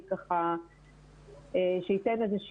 ללימודים תלמידי כיתות ה